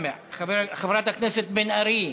חברת הכנסת בן ארי.